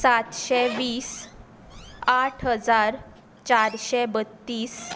सातशे वीस आठ हजार चारशे बत्तीस